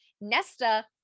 Nesta